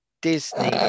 Disney